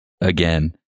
again